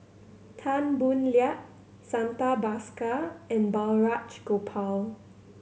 Tan Boo Liat Santha Bhaskar and Balraj Gopal